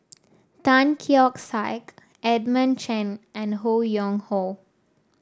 Tan Keong Saik Edmund Chen and Ho Yuen Hoe